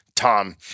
Tom